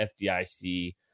FDIC